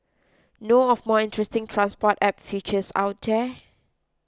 know of more interesting transport app features out there